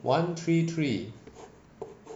one three three